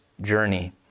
journey